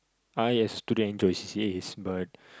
I has to join c_c_a it's but